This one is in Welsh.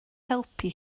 helpu